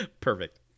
Perfect